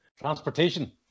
transportation